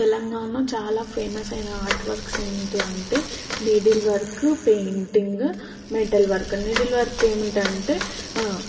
తెలంగాణలో చాలా ఫేమస్ అయిన ఆర్ట్ వర్క్స్ ఏమిటి అంటే needle work painting metal work needle work ఏమిటంటే